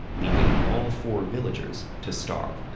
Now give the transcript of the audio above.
leaving all four villagers to starve.